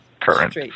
current